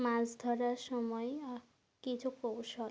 মাছ ধরার সময়েই কিছু কৌশল